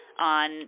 on